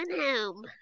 home